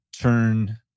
turn